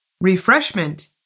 Refreshment